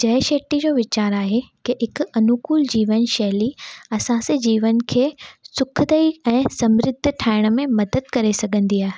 जय शेट्टी जो विचार आहे की हिकु अनुकूल जीवन शैली असांजे जीवन खे सुखदाई ऐं समृद्ध ठाहिण में मदद करे सघंदी आहे